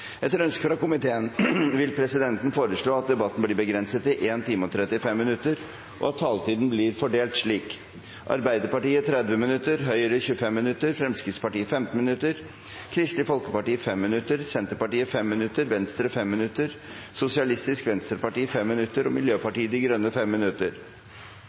Etter ønske fra utenriks- og forsvarskomiteen vil presidenten foreslå at debatten blir begrenset til 1 time og 35 minutter, og at taletiden blir fordelt slik: Arbeiderpartiet 30 minutter, Høyre 25 minutter, Fremskrittspartiet 15 minutter, Kristelig Folkeparti 5 minutter, Senterpartiet 5 minutter, Venstre 5 minutter, Sosialistisk Venstreparti 5 minutter og Miljøpartiet De Grønne 5 minutter.